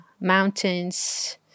mountains